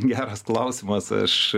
geras klausimas aš